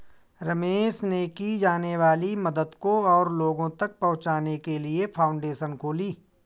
रमेश ने की जाने वाली मदद को और लोगो तक पहुचाने के लिए फाउंडेशन खोली